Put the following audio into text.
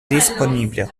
disponibles